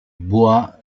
bois